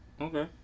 okay